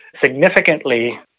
significantly